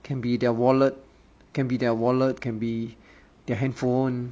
can be their wallet can be their wallet can be their handphone